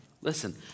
listen